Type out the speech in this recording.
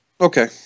Okay